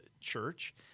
church